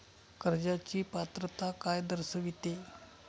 कर्जाची पात्रता काय दर्शविते?